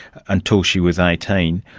until she was eighteen.